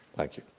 thank you.